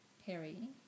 Harry